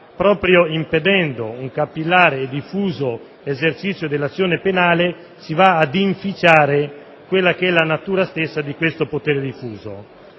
proprio impedendo un capillare e diffuso esercizio dell'azione penale che si va ad inficiare la natura stessa di questo potere diffuso.